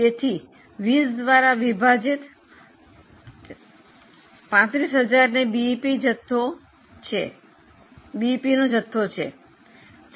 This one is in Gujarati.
તેથી 20 દ્વારા વિભાજિત 35000 એ બીઇપી જથ્થો છે